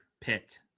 Pit